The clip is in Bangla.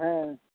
হ্যাঁ